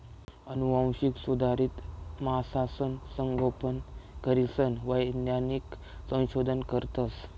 आनुवांशिक सुधारित मासासनं संगोपन करीसन वैज्ञानिक संशोधन करतस